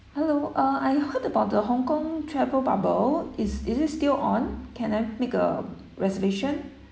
hello uh I heard about the hong kong travel bubble is is it still on can I make a reservation